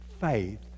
faith